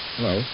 Hello